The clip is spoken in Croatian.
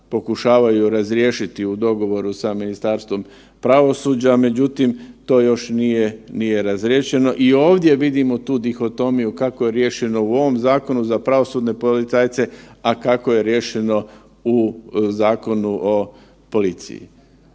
pokušavaju razriješiti u dogovoru sa Ministarstvom pravosuđa, međutim to još nije, nije razriješeno i ovdje vidimo tu dihotomiju kako je riješeno u ovom zakonu za pravosudne policajce, a kako je riješeno u Zakonu o policiji.